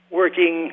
working